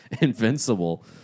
Invincible